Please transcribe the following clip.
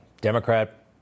Democrat